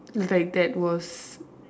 like that was